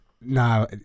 No